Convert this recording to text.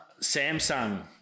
Samsung